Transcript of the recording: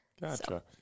Gotcha